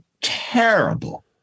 terrible